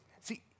See